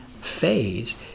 phase